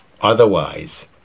Otherwise